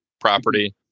property